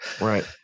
Right